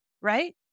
right